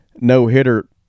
no-hitter